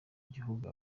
gihugu